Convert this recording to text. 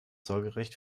sorgerecht